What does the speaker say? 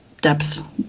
depth